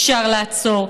אפשר לעצור,